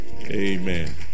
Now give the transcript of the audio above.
Amen